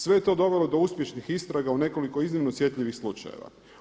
Sve je to dovelo do uspješnih istraga u nekoliko iznimno osjetljivih slučajeva.